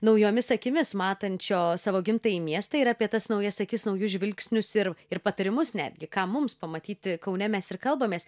naujomis akimis matančio savo gimtąjį miestą ir apie tas naujas akis naujus žvilgsnius ir ir patarimus netgi ką mums pamatyti kaune mes ir kalbamės